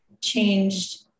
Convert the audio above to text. changed